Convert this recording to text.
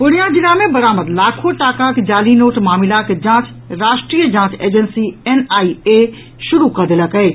पूर्णियां जिला मे बरामद लाखो टाकाक जाली नोट मामिलाक जांच राष्ट्रीय जांच एजेंसी एनआईए शुरू कऽ देलक अछि